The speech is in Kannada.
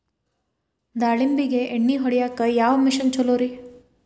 ದಾಳಿಂಬಿಗೆ ಎಣ್ಣಿ ಹೊಡಿಯಾಕ ಯಾವ ಮಿಷನ್ ಛಲೋರಿ?